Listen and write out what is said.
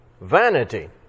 vanity